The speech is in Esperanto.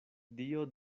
dio